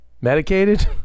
medicated